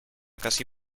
casi